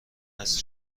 است